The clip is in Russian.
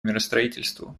миростроительству